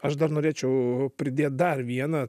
aš dar norėčiau pridėt dar vieną